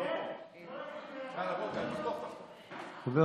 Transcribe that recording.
חבר